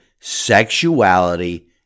sexuality